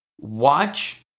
watch